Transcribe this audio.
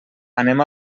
anem